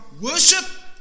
worship